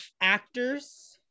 actors